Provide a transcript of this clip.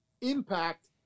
impact